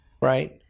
right